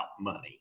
money